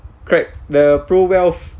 crack the pruwealth